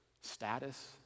status